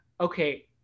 okay